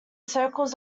circles